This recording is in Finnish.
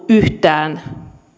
yhtään